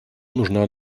нужна